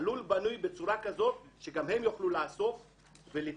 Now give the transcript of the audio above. הלול בנוי בצורה כזאת שגם הם יוכלו לאסוף ולהתפרנס.